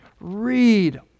Read